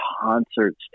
concerts